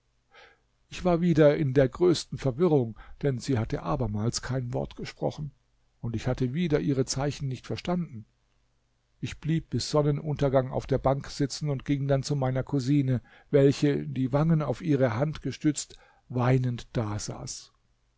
ich war wieder in der größten verwirrung denn sie hatte abermals kein wort gesprochen und ich hatte wieder ihre zeichen nicht verstanden ich blieb bis sonnenuntergang auf der bank sitzen und ging dann zu meiner cousine welche die wangen auf ihre hand gestützt weinend dasaß